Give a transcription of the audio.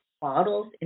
bottles